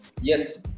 yes